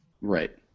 Right